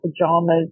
pajamas